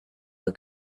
were